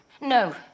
No